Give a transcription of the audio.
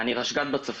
אני רשג"ד בצופים.